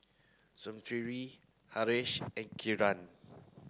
Smriti Haresh and Kiran